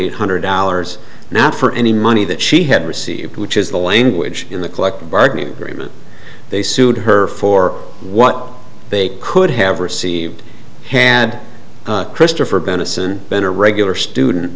eight hundred dollars now for any money that she had received which is the language in the collective bargaining agreement they sued her for what they could have received had christopher benison been a regular student